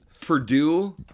Purdue